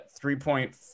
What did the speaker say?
three-point